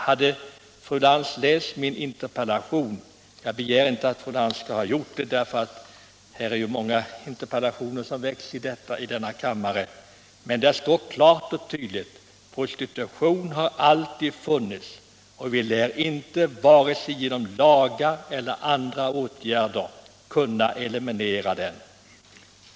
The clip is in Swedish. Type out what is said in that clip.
Hade fru Lantz läst min interpellation — jag begär inte att fru Lantz skall ha gjort det, för det väcks ju många interpellationer här i kammaren — hade hon vetat att det där klart och tydligt står: ”Prostitutionen har alltid funnits, och vi lär inte vare sig genom lagar eller andra åtgärder kunna eliminera den.